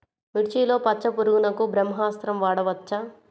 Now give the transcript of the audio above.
మిర్చిలో పచ్చ పురుగునకు బ్రహ్మాస్త్రం వాడవచ్చా?